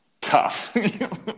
tough